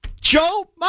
Joe